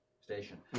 station